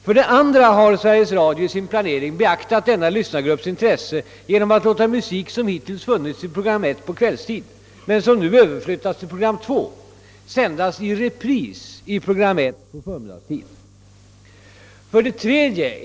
För det andra har Sveriges Radio i sin planering beaktat denna lyssnargrupps intresse genom att låta musik, som hittills funnits i program 1 på kvällstid men som nu överflyttas till program 3, sändas i repris i program 1 på förmiddagstid.